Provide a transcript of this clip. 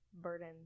burden